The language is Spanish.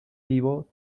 vivo